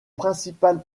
principal